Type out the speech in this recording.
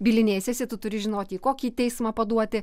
bylinėsiesi tu turi žinoti į kokį teismą paduoti